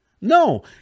No